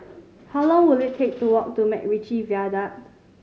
how long will it take to walk to MacRitchie Viaduct